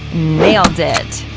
nailed it!